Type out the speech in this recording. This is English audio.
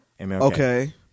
Okay